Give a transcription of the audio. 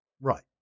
Right